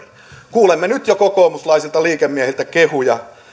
kuulemme nyt jo kokoomuslaisilta liikemiehiltä kehuja